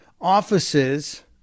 offices